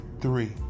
three